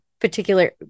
particular